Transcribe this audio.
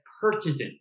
pertinent